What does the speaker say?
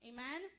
Amen